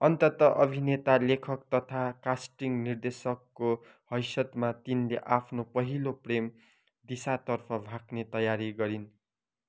अन्तत अभिनेता लेखक तथा कास्टिङ निर्देशकको हैसियतमा तिनले आफ्नो पहिलो प्रेम दिशातर्फ भाग्ने तयारी गरिन्